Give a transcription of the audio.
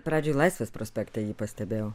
pradžioj laisvės prospekte jį pastebėjau